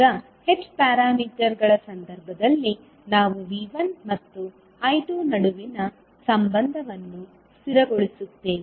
ಈಗ h ಪ್ಯಾರಾಮೀಟರ್ಗಳ ಸಂದರ್ಭದಲ್ಲಿ ನಾವು V1 ಮತ್ತು I2 ನಡುವಿನ ಸಂಬಂಧವನ್ನು ಸ್ಥಿರಗೊಳಿಸುತ್ತೇವೆ